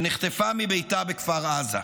שנחטפה מביתה בכפר עזה,